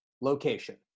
location